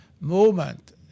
movement